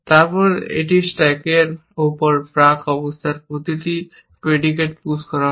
তারপর এটি স্ট্যাকের উপর প্রাক অবস্থার প্রতিটি predicate push করা হয়